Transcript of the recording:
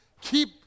Keep